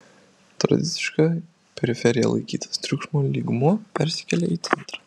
tradiciškai periferija laikytas triukšmo lygmuo persikelia į centrą